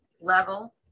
level